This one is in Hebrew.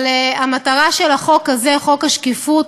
אבל המטרה של החוק הזה, חוק השקיפות,